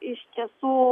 iš tiesų